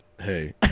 Hey